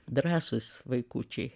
drąsus vaikučiai